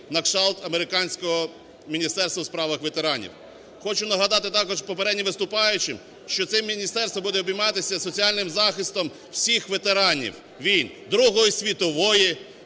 на кшталт американського Міністерства у справах ветеранів. Хочу нагадати також попереднім виступаючим, що це міністерство буде обійматися соціальним захистом всіх ветеранів війн – Другої світової,